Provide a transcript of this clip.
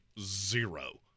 zero